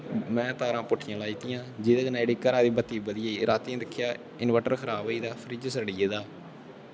में तारां पुट्ठियां लाई दित्तियां हियां जेह्दे कन्नै घरा दी बत्ती बधी गेई रातीं दिक्खेआ इनवर्टर खराब होई गेदा फ्रिज सड़ी गेदा